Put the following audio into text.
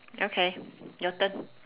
okay your turn